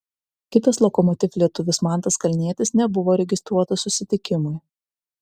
kitas lokomotiv lietuvis mantas kalnietis nebuvo registruotas susitikimui